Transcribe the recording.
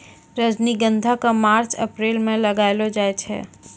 रजनीगंधा क मार्च अप्रैल म लगैलो जाय छै